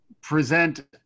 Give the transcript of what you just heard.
present